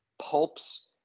pulps